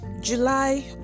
July